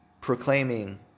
proclaiming